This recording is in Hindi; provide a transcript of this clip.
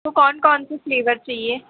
तो कौन कौन सा फ्लेवर चाहिए